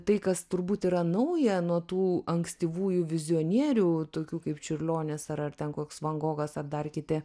tai kas turbūt yra nauja nuo tų ankstyvųjų vizijonierių tokių kaip čiurlionis ar ar ten koks van gogas ar dar kiti